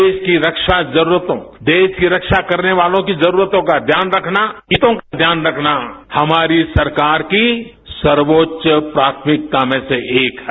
देश की रक्षा जरूरतों देश की रक्षा करने वालों की जरूरतों का ध्यान रखना हितों का ध्यान रखना हमारी सरकार की सर्वोच्च प्राथमिकता में से एक है